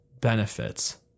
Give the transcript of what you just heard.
benefits